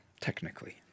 Technically